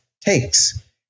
takes